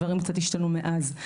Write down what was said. דברים קצת השתנו מאז.